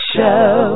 Show